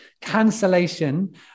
cancellation